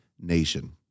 nation